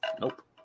Nope